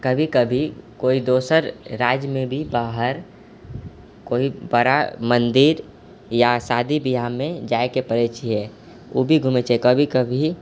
कभी कभी कोइ दोसर राज्यमे भी बाहर कोइ बड़ा मन्दिर या शादी बियाहमे जाइके पड़ै छियै ओ भी घुमै छियै कभी कभी